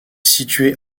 situé